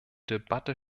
debatte